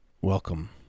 Welcome